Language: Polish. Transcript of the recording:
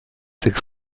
tych